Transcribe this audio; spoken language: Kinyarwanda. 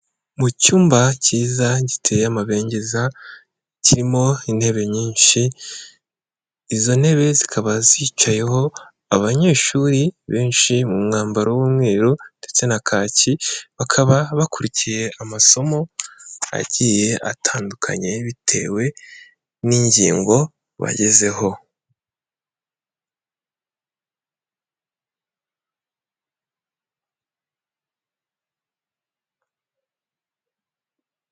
Mu cyumba cyiza giteye amabengeza kirimo intebe nyinshi, izo ntebe zikaba zicayeho abanyeshuri benshi mu mwambaro w'umweru ndetse na kaki bakaba bakurikiye amasomo agiye atandukanye, bitewe n'ingingo bagezeho.